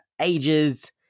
ages